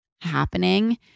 happening